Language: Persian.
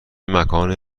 مکان